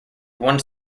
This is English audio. one